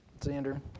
Xander